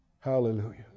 Hallelujah